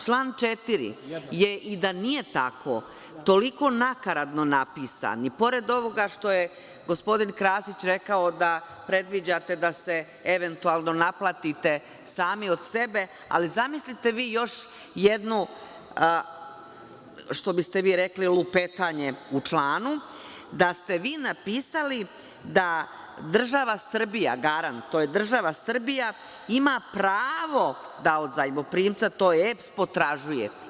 Član 4. i da nije tako, toliko nakaradno napisan i pored ovoga što je gospodin Krasić rekao da predviđate da se eventualno naplatite sami od sebe, ali zamislite vi još jednu, što bi ste vi rekli, lupetanje u članu da ste vi napisali - da država Srbija garant, to je država Srbija, ima pravo da od zajmoprimca to je EPS potražuje.